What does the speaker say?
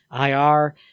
IR